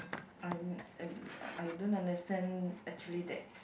I'm and I don't understand actually that